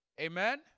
Amen